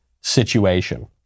situation